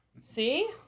See